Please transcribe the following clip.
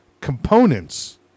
components